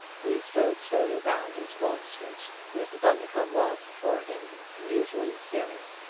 we strolled slowly round into bond street. mr. bundercombe was, for him, unusually serious.